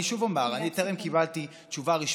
אני שוב אומר: אני טרם קיבלתי תשובה רשמית,